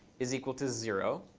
is equal to zero.